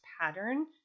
pattern